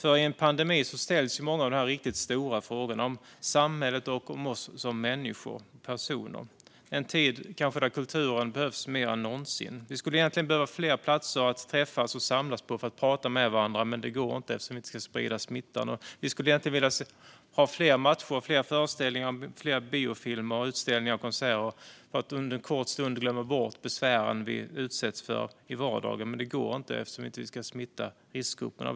I en pandemi ställs många av de riktigt stora frågorna om samhället och om oss som människor och personer. Det är en tid där kulturen kanske behövs mer än någonsin. Vi skulle egentligen behöva fler platser att samlas på för att prata med varandra. Men det går inte, för vi ska inte sprida smittan. Vi skulle egentligen vilja ha fler matcher, fler föreställningar, fler biofilmer, fler utställningar och fler konserter för att tillsammans en kort stund glömma de besvär vi utsätts för i vardagen. Men det går inte, för vi vill inte smitta riskgrupperna.